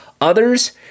Others